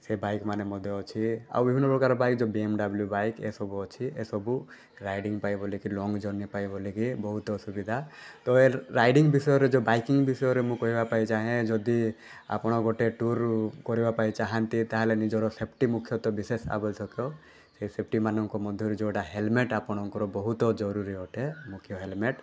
ସେ ବାଇକ୍ ମାନେ ମଧ୍ୟ ଅଛି ଆଉ ବିଭିନ୍ନପ୍ରକାର ବାଇକ୍ ଯେଉଁ ବି ଏମ ଡ଼ବ୍ଲୁ ବାଇକ୍ ଏସବୁ ଅଛି ଏସବୁ ରାଇଡ଼ିଙ୍ଗ୍ ପାଏ ବୋଲିକି ଲଙ୍ଗ ଜର୍ଣ୍ଣି ପାଏ ବୋଲିକି ବହୁତ ସୁବିଧା ତ ଏ ରାଇଡ଼ିଙ୍ଗ୍ ବିଷୟରେ ଯେଉଁ ବାଇକିଙ୍ଗ୍ ବିଷୟରେ ମୁଁ କହିବା ପାଇଁ ଚାହେଁ ଯଦି ଆପଣ ଗୋଟେ ଟୁର କରିବାପାଇଁ ଚାହାଁନ୍ତି ତାହେଲେ ନିଜର ସେଫ୍ଟି ମୁଖ୍ୟତଃ ବିଶେଷ ଆବଶ୍ୟକ ସେ ସେଫ୍ଟି ମାନଙ୍କ ମଧ୍ୟରୁ ଯେଉଁଟା ହେଲମେଟ୍ ଆପଣଙ୍କର ବହୁତ ଜରୁରୀ ଅଟେ ମୁଖ୍ୟ ହେଲମେଟ୍